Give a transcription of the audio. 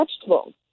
vegetables